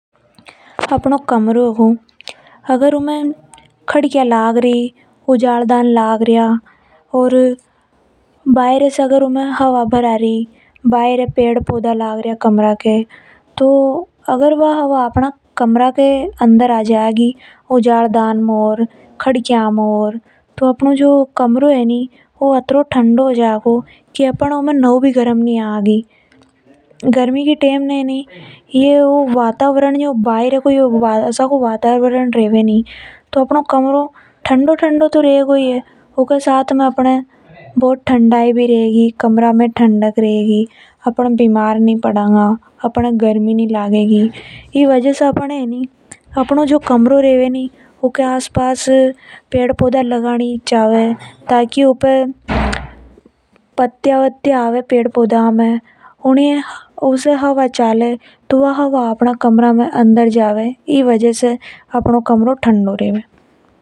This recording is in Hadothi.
अपनो कमरों हे अगर ऊंमे खिड़कियां लाग रि उजलदान लाग रि और बाहर नरा सारा पेड़ पौधा लाग रिया। तो उनसे खिड़की में ओर के कमरा में हवा आ जागी और अपनो कमरों घनों ज़्यादा ठंडो हो जावेगो। ओर अपन ये नव भी गर्म नि आवगी गर्मी की टेम ने यो असो वातावरण होबो घनों ज़्यादा जरूरी है। ई वजह से अपन न कमरा के आस पास पेड़ पौधा लगानी चावे है।